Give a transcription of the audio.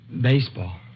Baseball